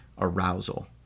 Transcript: arousal